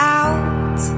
out